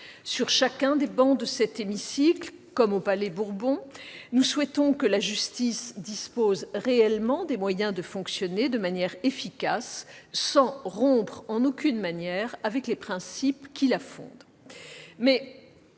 Sur chacune des travées dans cet hémicycle, comme au Palais-Bourbon, nous souhaitons que la justice dispose réellement des moyens de fonctionner de manière efficace sans rompre, en aucune manière, avec les principes qui la fondent.